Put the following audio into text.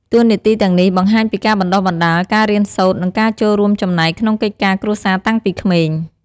តួនាទីទាំងនេះបង្ហាញពីការបណ្ដុះបណ្ដាល ការរៀនសូត្រ និងការចូលរួមចំណែកក្នុងកិច្ចការគ្រួសារតាំងពីក្មេង។